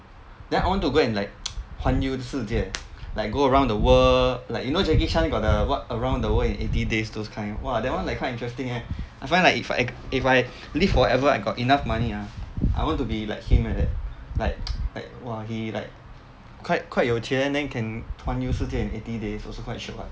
then I want to go and like 环游世界 like go around the world like you know jackie chan got the what around the world in eighty days those kind !wah! that one like quite interesting eh I find like if I if I live forever I got enough money ah I want to be like him like that like like !wah! he like quite quite 有钱 then can 环游世界 in eighty days also quite shiok ah